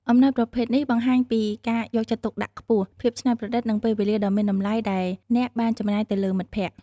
អំណោយប្រភេទនេះបង្ហាញពីការយកចិត្តទុកដាក់ខ្ពស់ ភាពច្នៃប្រឌិត និងពេលវេលាដ៏មានតម្លៃដែលអ្នកបានចំណាយទៅលើមិត្តភាព។